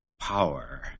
power